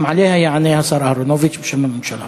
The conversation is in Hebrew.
גם עליה יענה השר אהרונוביץ, בשם הממשלה.